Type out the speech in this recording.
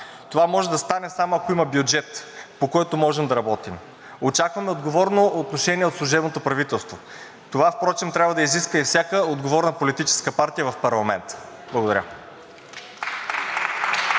Това може да стане само ако има бюджет, по който можем да работим. Очакваме отговорно отношение от служебното правителство. Това впрочем трябва да изиска и всяка отговорна политическа партия в парламента. Благодаря.